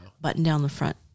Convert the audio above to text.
button-down-the-front